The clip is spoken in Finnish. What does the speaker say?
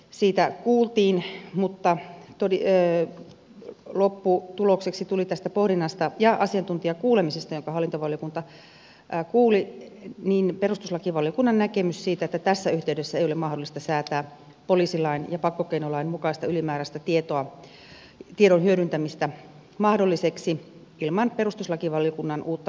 siitä kuultiin mutta lopputulokseksi tuli tästä pohdinnasta ja asiantuntijakuulemisesta jonka hallintovaliokunta kuuli perustuslakivaliokunnan näkemys siitä että tässä yhteydessä ei ole mahdollista säätää poliisilain ja pakkokeinolain mukaista ylimääräistä tiedon hyödyntämistä mahdolliseksi ilman perustuslakivaliokunnan uutta lausuntoa